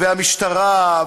והמשטרה,